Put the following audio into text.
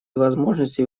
возможностей